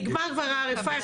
נגמר כבר ה-RFI,